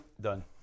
done